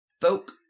folk